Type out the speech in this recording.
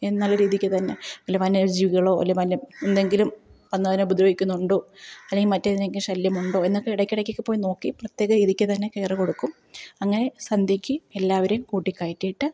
എന്ന രീതിക്ക് തന്നെ വല്ല വന്യജീവികളോ അല്ലെങ്കില് വല്ല എന്തെങ്കിലും വന്നതിനെ ഉപദ്രവിക്കുന്നുണ്ടോ അല്ലെങ്കില് മറ്റേതെങ്കിലും ശല്യമുണ്ടോ എന്നൊക്കെ ഇടയ്ക്കിടയ്ക്കൊക്കെപ്പോയി നോക്കി പ്രത്യേക രീതിക്കുതന്നെ കെയര് കൊടുക്കും അങ്ങനെ സന്ധ്യക്ക് എല്ലാവരെയും കൂട്ടില്ക്കയറ്റിയിട്ട്